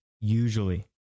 Usually